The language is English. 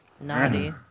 Naughty